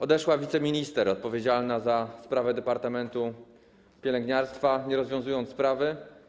Odeszła wiceminister odpowiedzialna za sprawę departamentu pielęgniarstwa, nie rozwiązując sprawy.